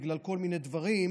בגלל כל מיני דברים,